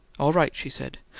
all right, she said.